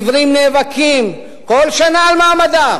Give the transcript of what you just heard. עיוורים נאבקים כל שנה על מעמדם?